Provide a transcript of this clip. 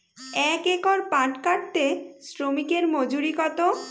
এক একর পাট কাটতে শ্রমিকের মজুরি কত?